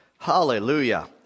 Hallelujah